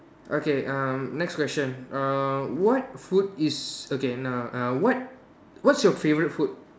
okay um next question uh what food is okay no no what what's your favourite food